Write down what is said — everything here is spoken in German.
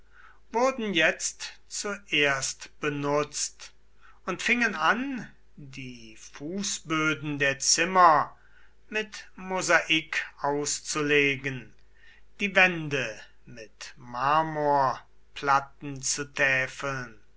wurden jetzt zuerst benutzt und fingen an die fußböden der zimmer mit mosaik auszulegen die wände mit marmorplatten zu